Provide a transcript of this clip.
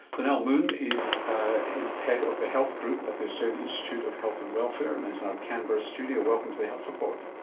lynelle moon is ah is head of the health group at the australian institute of health and welfare and and is in and our canberra studio. welcome to the health report.